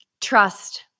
Trust